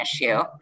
issue